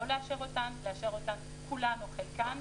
לא לאשר אותן או לאשר את כולן או חלקן.